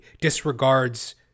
disregards